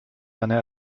einer